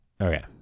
Okay